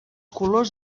colors